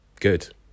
Good